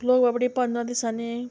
लोक बाबडे पंदरा दिसांनी